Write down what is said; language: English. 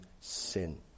sin